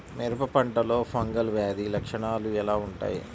మిరప పంటలో ఫంగల్ వ్యాధి లక్షణాలు ఎలా వుంటాయి?